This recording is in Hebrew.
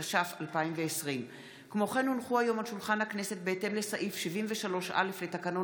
התש"ף 2020. בהתאם לסעיף 73(א) לתקנון